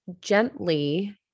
Gently